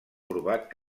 corbat